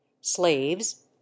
slaves